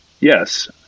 yes